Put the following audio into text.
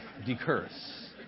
Decurse